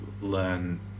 learn